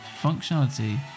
functionality